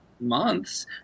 months